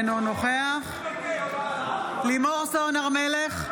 אינו נוכח לימור סון הר מלך,